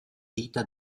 vita